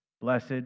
blessed